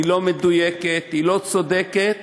לא מדויקת, לא צודקת,